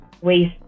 waste